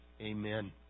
Amen